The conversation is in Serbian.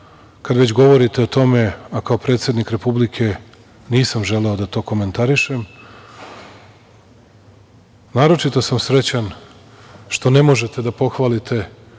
kad već govorite o tome, a kao predsednik Republike nisam želeo da to komentarišem, naročito sam srećan što ne možete da pohvalite